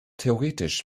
theoretisch